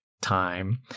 time